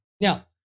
Now